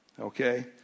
Okay